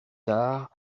tard